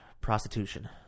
prostitution